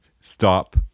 stop